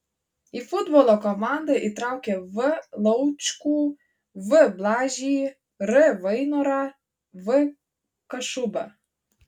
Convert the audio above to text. į futbolo komandą įtraukė v laučkų v blažį r vainorą v kašubą